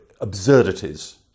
absurdities